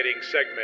segment